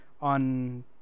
on